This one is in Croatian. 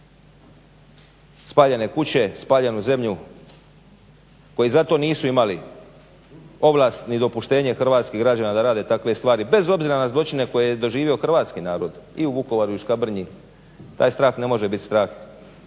spaljene kuće, spaljenu zemlju, koji za to nisu imali ovlast ni dopuštenje hrvatskih građana da rade takve stvari bez obzira na zločine koje je doživio hrvatski narod i u Vukovaru i u Škabrnji, taj strah ne može bit strah